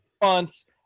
months